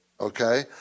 okay